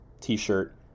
t-shirt